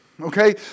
Okay